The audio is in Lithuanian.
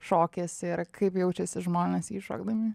šokis ir kaip jaučiasi žmonės jį šokdami